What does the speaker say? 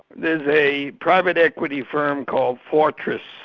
there's a private equity firm called fortress,